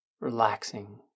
relaxing